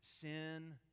sin